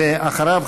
ואחריו,